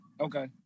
Okay